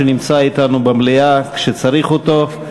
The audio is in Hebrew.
שנמצא אתנו במליאה כשצריך אותו,